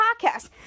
podcast